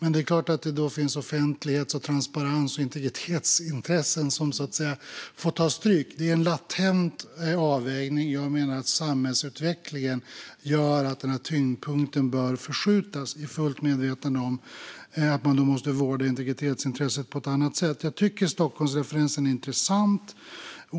Å andra sidan skulle offentlighets, transparens och integritetsintressen ta stryk av detta. Det är alltså en latent avvägning, men jag menar att samhällsutvecklingen gör att tyngdpunkten bör förskjutas. Jag är dock fullt medveten om att man då måste vårda integritetsintresset på ett annat sätt. Jag tycker att Stockholmsreferensen är intressant.